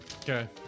Okay